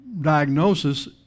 diagnosis